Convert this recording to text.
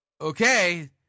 Okay